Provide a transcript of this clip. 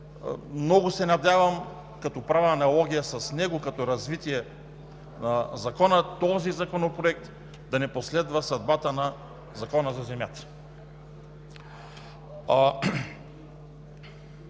Много се надявам, че като правя аналогия с него – като развитие на закона, този законопроект да не последва съдбата на Закона за земята.